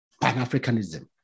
pan-africanism